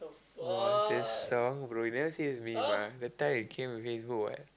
oh this song bro you never see his meme ah that time he came in Facebook what